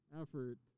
effort